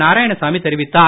நாராயணசாமி தெரிவித்தார்